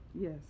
Yes